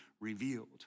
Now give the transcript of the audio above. revealed